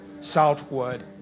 southward